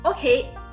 Okay